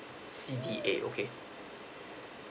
C_D_A okay